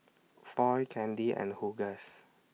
Foy Candi and Hughes